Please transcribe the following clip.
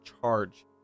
charge